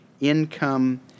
income